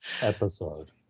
episode